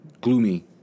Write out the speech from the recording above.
gloomy